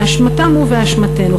באשמתם ובאשמתנו,